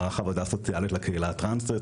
מערך עבודה סוציאלית לקהילה הטרנסית